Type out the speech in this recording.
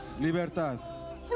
Libertad